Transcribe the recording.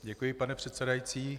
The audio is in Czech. Děkuji, pane předsedající.